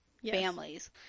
families